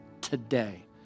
today